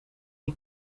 die